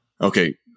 okay